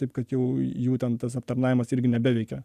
taip kad jau jų ten tas aptarnavimas irgi nebeveikia